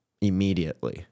immediately